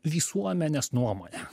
visuomenės nuomonė